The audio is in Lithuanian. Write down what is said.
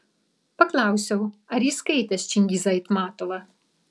paklausiau ar jis skaitęs čingizą aitmatovą